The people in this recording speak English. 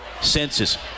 senses